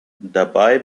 dabei